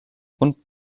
und